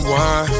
one